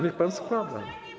Niech pan składa.